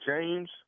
James